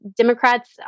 Democrats